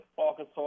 Arkansas